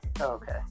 okay